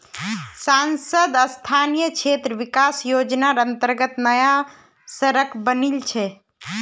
सांसद स्थानीय क्षेत्र विकास योजनार अंतर्गत नया सड़क बनील छै